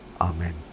amen